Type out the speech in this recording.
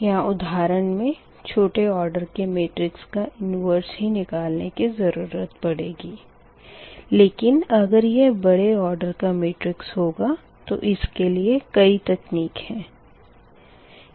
यहाँ उदाहरण मे छोटे ऑडर के मेट्रिक्स का इनवर्स ही निकालने की ज़रूरत पड़ेगी लेकिन अगर यह बड़े ऑडर का मेट्रिक्स होगा तो इसके लिए कई तकनीक है